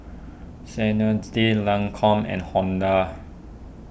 Sensodyne Lancome and Honda